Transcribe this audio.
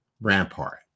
Rampart